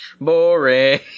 Boring